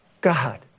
God